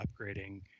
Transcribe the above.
upgrading